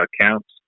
accounts